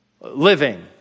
living